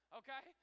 okay